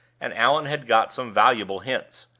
and allan had got some valuable hints.